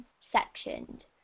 sectioned